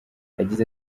yagize